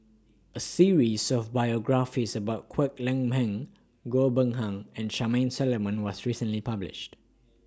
A series of biographies about Kwek Leng Beng Goh Ben Han and Charmaine Solomon was recently published